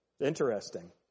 Interesting